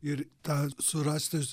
ir tą surasti